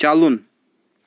چلُن